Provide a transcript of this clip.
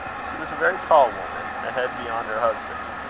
she was a very tall woman a head beyond her husband,